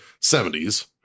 70s